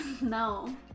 No